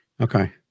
Okay